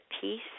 peace